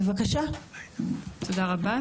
תודה רבה.